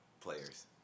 players